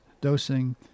dosing